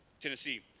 Tennessee